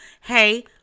hey